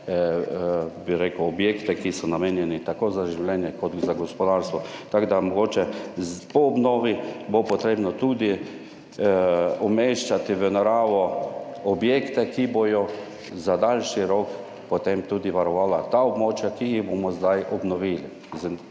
objekte, ki so namenjeni tako za življenje kot za gospodarstvo. Tako da, mogoče po obnovi bo potrebno tudi umeščati v naravo objekte, ki bodo za daljši rok potem tudi varovala ta območja, ki jih bomo zdaj obnovili